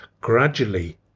gradually